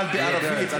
הוא יודע את זה.